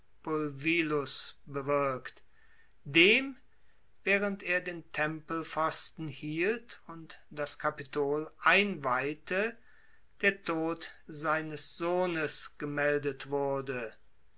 bewirkt dem während er den tempelpfosten hielt und das capitol einweihte der tod seines sohnes gemeldet wurde